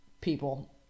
people